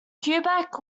quebec